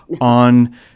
on